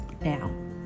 now